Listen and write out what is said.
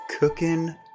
cooking